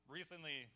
Recently